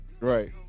Right